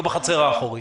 לא בחצר האחורית.